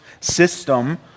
system